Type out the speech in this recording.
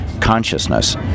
consciousness